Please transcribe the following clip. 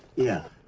yeah,